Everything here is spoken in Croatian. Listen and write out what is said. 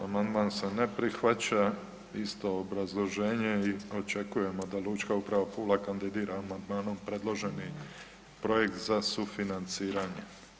Amandman se ne prihvaća, isto obrazloženje i očekujemo da Lučka uprava Pula kandidira amandmanom predloženi projekt za sufinanciranje.